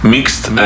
Mixed